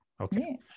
Okay